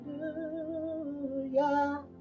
hallelujah